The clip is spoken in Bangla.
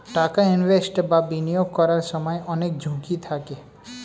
টাকা ইনভেস্ট বা বিনিয়োগ করার সময় অনেক ঝুঁকি থাকে